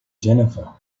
jennifer